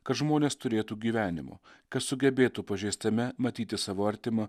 kad žmonės turėtų gyvenimo kad sugebėtų pažeistame matyti savo artimą